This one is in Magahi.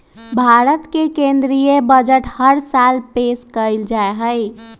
भारत के केन्द्रीय बजट हर साल पेश कइल जाहई